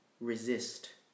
resist